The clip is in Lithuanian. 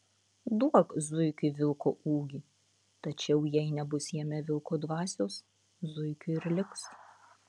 duok zuikiui vilko ūgį tačiau jai nebus jame vilko dvasios zuikiu ir liks